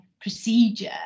procedure